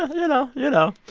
ah you know, you know.